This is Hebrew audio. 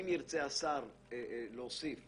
אם ירצה השר להוסיף